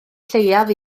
lleiaf